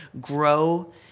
grow